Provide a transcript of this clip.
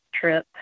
trip